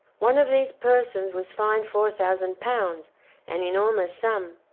one of these persons was fined four thousand pounds an enormous sum.